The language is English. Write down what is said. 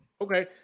Okay